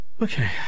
Okay